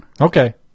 Okay